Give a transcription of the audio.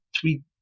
three